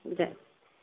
दए